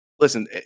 Listen